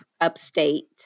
upstate